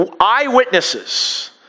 eyewitnesses